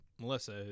Melissa